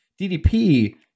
DDP